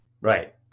Right